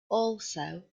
also